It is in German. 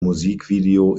musikvideo